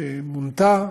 שמונתה